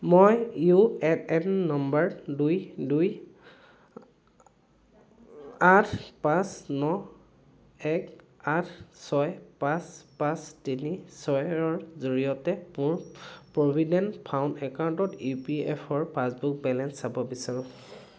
মই U A N number দুই দুই আঠ পাঁচ ন এক আঠ ছয় পাঁচ পাঁচ তিনি ছয়ৰ জৰিয়তে মোৰ প্ৰ'ভিডেণ্ট ফাণ্ড একাউণ্টত ই পি এফ অ' পাছবুকৰ বেলেঞ্চ চাব বিচাৰোঁ